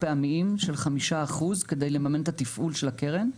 פעמיים של 5% כדי לממן את התפעול של הקרן.